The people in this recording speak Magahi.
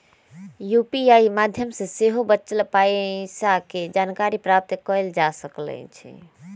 यू.पी.आई माध्यम से सेहो बचल पइसा के जानकारी प्राप्त कएल जा सकैछइ